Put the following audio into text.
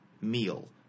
meal